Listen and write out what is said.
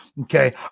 Okay